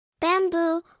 Bamboo